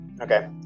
Okay